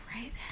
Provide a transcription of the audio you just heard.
right